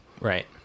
Right